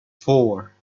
four